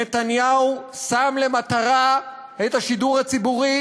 נתניהו שם למטרה את השידור הציבורי,